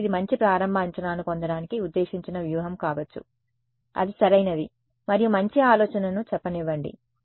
కాబట్టి ఇది మంచి ప్రారంభ అంచనాను పొందడానికి ఉద్దేశించిన వ్యూహం కావచ్చు అది సరైనది మరియు మంచి ఆలోచనను చెప్పనివ్వండి